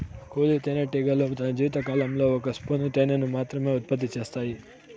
కూలీ తేనెటీగలు తన జీవిత కాలంలో ఒక స్పూను తేనెను మాత్రమె ఉత్పత్తి చేత్తాయి